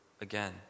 again